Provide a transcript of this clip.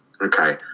okay